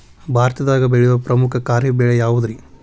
ಭಾರತದಾಗ ಬೆಳೆಯೋ ಪ್ರಮುಖ ಖಾರಿಫ್ ಬೆಳೆ ಯಾವುದ್ರೇ?